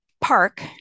park